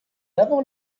avant